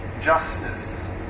justice